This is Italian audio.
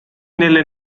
nelle